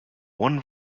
one